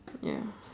ya